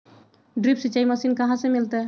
Drip सिंचाई machine कहाँ से मिलतै?